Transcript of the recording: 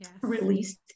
released